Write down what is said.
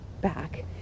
back